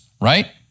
right